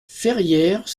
ferrières